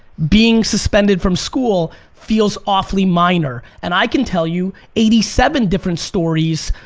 being suspended from school feels awfully minor. and i can tell you eighty seven different stories.